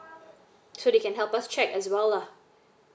so they can help us check as well lah